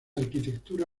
arquitectura